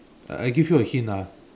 I give you a hint ah